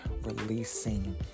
releasing